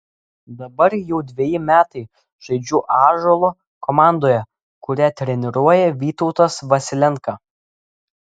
dabar jau dveji metai žaidžiu ąžuolo komandoje kurią treniruoja vytautas vasilenka